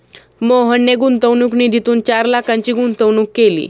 मोहनने गुंतवणूक निधीतून चार लाखांची गुंतवणूक केली